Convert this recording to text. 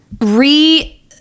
re